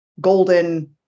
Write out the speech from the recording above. golden